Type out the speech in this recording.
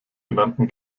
genannten